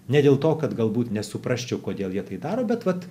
ne dėl to kad galbūt nesuprasčiau kodėl jie tai daro bet vat